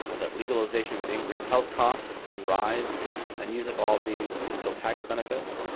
ah that legalization would increase health costs and rise and use up all the potential tax benefits.